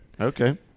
Okay